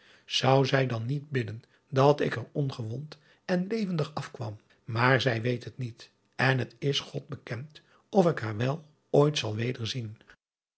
zou zij dan niet bidden dat ik er ongewond en levendig afkwam maar zij weet het niet en het is od bekend of ik haar wel ooit zal